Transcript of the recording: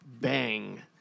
Bang